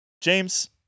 james